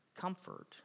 comfort